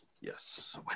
Yes